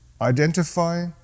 Identify